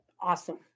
Awesome